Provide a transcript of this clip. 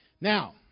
Now